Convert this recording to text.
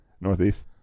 Northeast